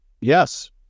Yes